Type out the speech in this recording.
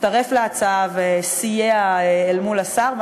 שהצטרף להצעה וסייע אל מול השר,